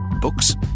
Books